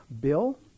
Bill